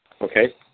Okay